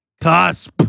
Cusp